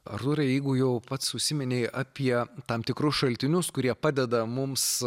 artūrai jeigu jau pats užsiminei apie tam tikrus šaltinius kurie padeda mums